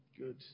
Good